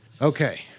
okay